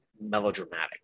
melodramatic